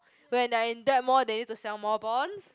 when they are in debt more they need to sell more bonds